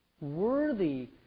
worthy